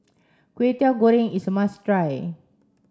Kway Teow Goreng is a must try